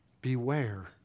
Beware